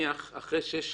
ואחרי שש שנים,